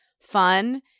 Fun